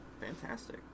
Fantastic